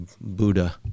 Buddha